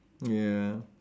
ya